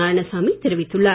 நாராயணசாமி தெரிவித்துள்ளார்